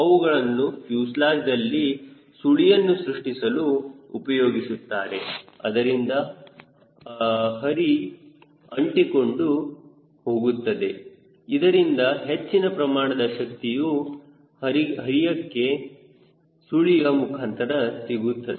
ಅವುಗಳನ್ನು ಫ್ಯೂಸೆಲಾಜ್ದಲ್ಲಿ ಸುಳಿಯನ್ನು ಸೃಷ್ಟಿಸಲು ಉಪಯೋಗಿಸುತ್ತಾರೆ ಅದರಿಂದ ಹರಿತ ಅಂಟಿಕೊಂಡು ಹೋಗುತ್ತದೆ ಇದರಿಂದ ಹೆಚ್ಚಿನ ಪ್ರಮಾಣದ ಶಕ್ತಿಯು ಹರಿತಕ್ಕೆ ಸುಳಿಯ ಮುಖಾಂತರ ಸಿಗುತ್ತದೆ